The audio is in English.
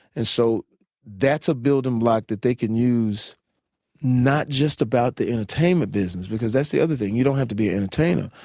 and so that's a building block that they can use not just about the entertainment business, because that's the other thing. you don't have to be an entertainer.